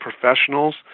Professionals